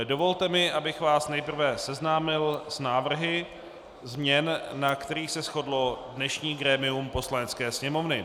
Dovolte mi, abych vás nejprve seznámil s návrhy změn, na kterých se shodlo dnešní grémium Poslanecké sněmovny.